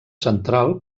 central